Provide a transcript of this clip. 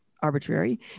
Arbitrary